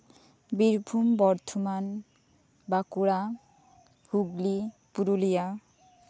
Birbhum Bardhaman Bankura Hooghly Purulia